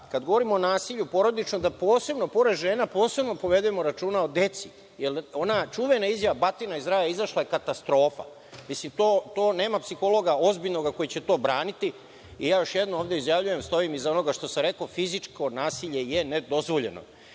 kada govorimo o porodičnom nasilju, da pored žena, posebno povedemo računa o deci, jer ona čuvena izreka – batina je iz raja izašla, je katastrofa. To nema psihologa ozbiljnog koji će to braniti. Još jednom izjavljujem, stojim iza onoga što sam rekao, fizičko nasilje je nedozvoljeno.